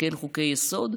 לתקן חוקי-יסוד.